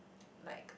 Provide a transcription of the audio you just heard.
like